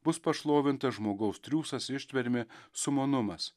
bus pašlovintas žmogaus triūsas ištvermė sumanumas